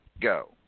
go